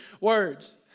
words